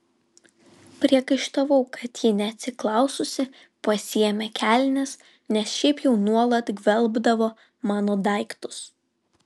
priekaištavau kad ji neatsiklaususi pasiėmė kelnes nes šiaip jau nuolat gvelbdavo mano daiktus